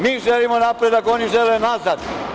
Mi želimo napredak, oni žele nazad.